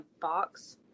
box